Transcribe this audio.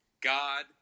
God